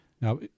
Now